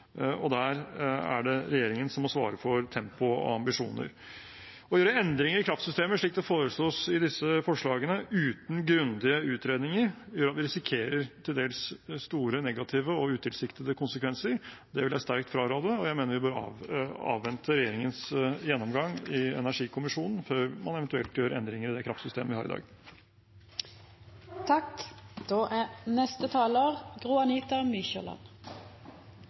og der er det regjeringen som må svare for tempo og ambisjoner. Å gjøre endringer i kraftsystemet, slik det foreslås i disse forslagene, uten grundige utredninger, gjør at vi risikerer til dels store negative og utilsiktede konsekvenser. Det vil jeg sterkt fraråde, og jeg mener vi bør avvente regjeringens gjennomgang i Energikommisjonen før man eventuelt gjør endringer i det kraftsystemet vi har i dag.